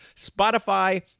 Spotify